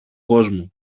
κόσμο